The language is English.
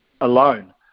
alone